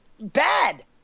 bad